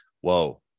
whoa